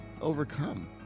overcome